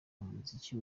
umuziki